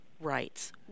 rights